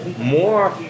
More